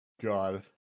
God